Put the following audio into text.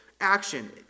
Action